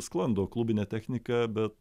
sklando klubine technike bet